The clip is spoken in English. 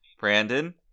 Brandon